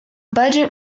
budget